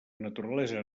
naturalesa